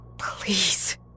Please